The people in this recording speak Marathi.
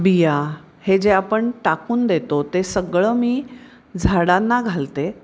बिया हे जे आपण टाकून देतो ते सगळं मी झाडांना घालते